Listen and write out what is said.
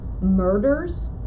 murders